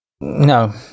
no